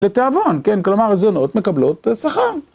לתיאבון, כן? כלומר, זונות מקבלות שכר.